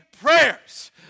prayers